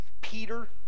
Peter